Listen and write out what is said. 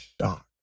shock